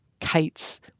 kites